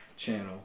channel